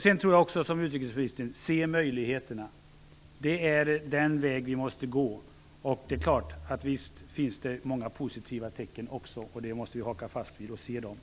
Jag tror i likhet med utrikesministern att vi skall se till möjligheterna. Det är den väg som vi måste gå. Det finns också många positiva tecken, och dem måste vi ta fasta på.